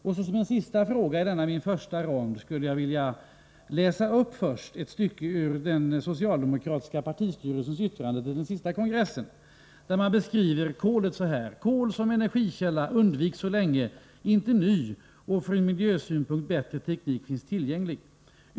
Inför min sista fråga i denna första rond skulle jag vilja läsa upp ett stycke ur den socialdemokratiska partistyrelsens yttrande till den senaste kongressen. Där beskriver man kolet så här: ”Kol som energikälla undviks så länge inte ny och från miljösynpunkt bättre teknik finns tillgänglig.